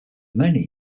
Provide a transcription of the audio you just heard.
many